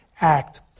act